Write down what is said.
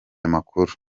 amakuru